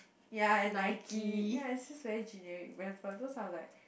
ya and Nike ya it's just very generic brands but those are like